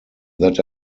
that